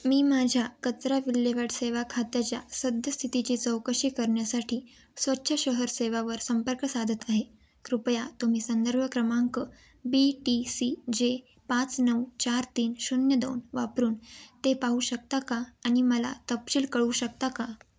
मी माझ्या कचरा विल्हेवाट सेवा खात्याच्या सद्यस्थितीची चौकशी करण्यासाठी स्वच्छ शहर सेवावर संपर्क साधत आहे कृपया तुम्ही संदर्भ क्रमांक बी टी सी जे पाच नऊ चार तीन शून्य दोन वापरून ते पाहू शकता का आणि मला तपशील कळवू शकता का